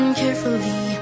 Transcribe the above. carefully